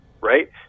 right